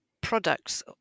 products